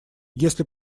если